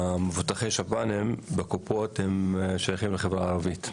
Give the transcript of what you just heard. מבוטחי שב"ן בקופות שייכים לחברה הערבית?